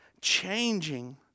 changing